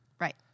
Right